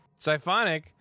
siphonic